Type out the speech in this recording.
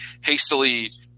hastily